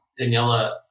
Daniela